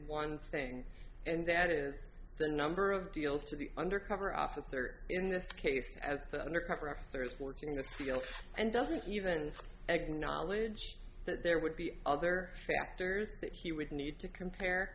one thing and that is the number of deals to the undercover officer in this case as the undercover officers for his field and doesn't even acknowledge that there would be other factors that he would need to compare